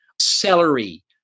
Celery